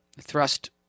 thrust